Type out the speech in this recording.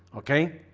okay,